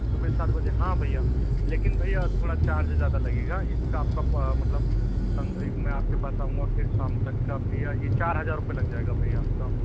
सुबह सात बजे हाँ भैया लेकिन भैया थोड़ा चार्ज ज़्यादा लगेगा इसका आपका प मतलब मैं आपके पास आऊंगा फिर शाम तक का भैया ये चार हज़ार रुपय लग जाएगा भैया आपका